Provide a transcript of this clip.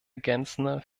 ergänzende